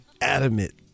adamant